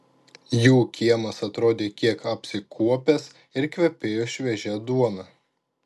jų kiemas atrodė kiek apsikuopęs ir kvepėjo šviežia duona